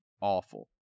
awful